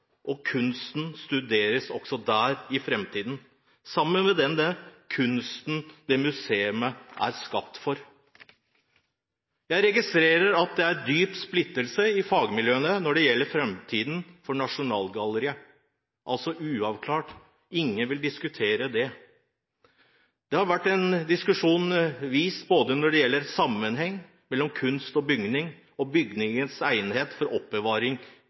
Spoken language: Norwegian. og kunne studeres også i framtiden, sammen med den kunsten som dette museet er skapt for. Jeg registrerer at det er dyp splittelse i fagmiljøene når det gjelder framtiden for Nasjonalgalleriet. Den er altså uavklart. Det har diskusjonen vist – både når det gjelder sammenhengen mellom kunsten og bygningen, og når det gjelder bygningens egnethet for oppbevaring